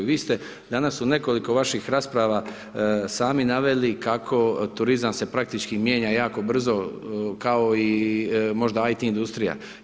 Vi ste danas u nekoliko vaših rasprava, sami naveli kako turizam se praktički mijenja jako brzo, kao možda IT industrija.